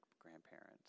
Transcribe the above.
grandparents